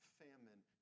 famine